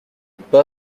pas